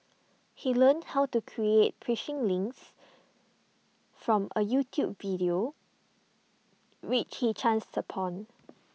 he learned how to create phishing links from A YouTube video which he chanced upon